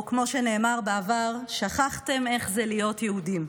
או כמו שנאמר בעבר, שכחתם איך זה להיות יהודים.